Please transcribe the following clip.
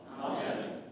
Amen